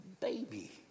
baby